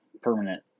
permanent